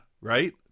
right